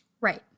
Right